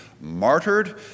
martyred